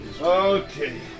Okay